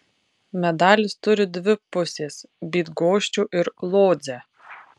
medalis turi dvi pusės bydgoščių ir lodzę